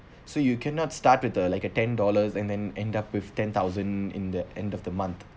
so you cannot start with uh like a ten dollars and then end up with ten thousand in the end of the month